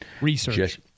Research